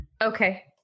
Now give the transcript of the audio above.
okay